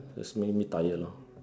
just make me tired lor